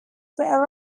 wear